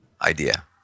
idea